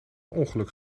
ongeluk